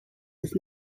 with